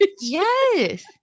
Yes